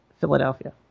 Philadelphia